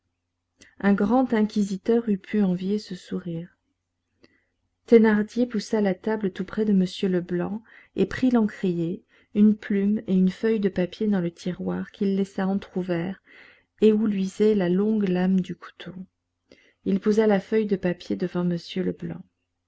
un grand inquisiteur eût pu envier ce sourire thénardier poussa la table tout près de m leblanc et prit l'encrier une plume et une feuille de papier dans le tiroir qu'il laissa entr'ouvert et où luisait la longue lame du couteau il posa la feuille de papier devant m leblanc